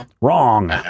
Wrong